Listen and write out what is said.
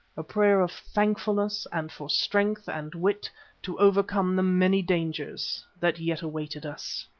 a prayer of thankfulness and for strength and wit to overcome the many dangers that yet awaited us.